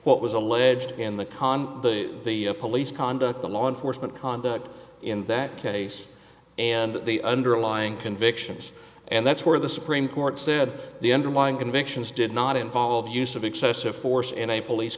what was alleged in the con the police conduct the law enforcement conduct in that case and the underlying convictions and that's where the supreme court said the underlying convictions did not involve use of excessive force in a police